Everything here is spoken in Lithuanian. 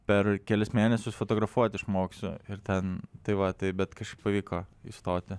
per kelis mėnesius fotografuoti išmoksiu ir ten tai va taip bet kažkaip pavyko įstoti